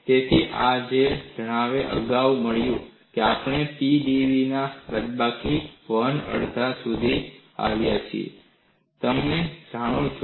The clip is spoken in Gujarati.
તેથી આ તે છે જ્યાં આપણને અગાઉ મળ્યું છે આપણે P dv ના બાદબાકી 1 અડધા સુધી આવ્યા છીએ આ તમે જાણો છો